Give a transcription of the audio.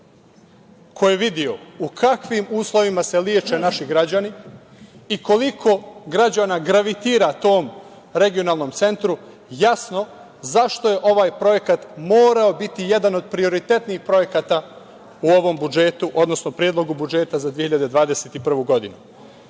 ko je video u kakvim uslovima se leče naši građani i koliko građana gravitira tom regionalnom centru jasno zašto je ovaj projekat morao biti jedan od prioritetnih projekata u ovom budžetu, odnosno Predlogu budžeta za 2021. godinu. Ono